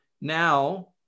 now